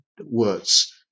words